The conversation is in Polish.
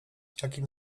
jakim